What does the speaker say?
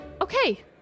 okay